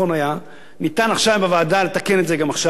ניתן עכשיו בוועדה לתקן את זה עכשיו ולהפוך את זה באמת,